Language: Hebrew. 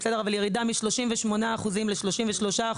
ירידה מ-38% ל-33%,